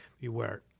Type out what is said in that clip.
beware